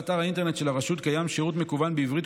באתר האינטרנט של הרשות קיים שירות מקוון בעברית